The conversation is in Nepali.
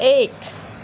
एक